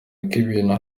ibintu